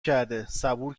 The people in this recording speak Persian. کرده، صبورم